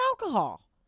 alcohol